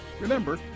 Remember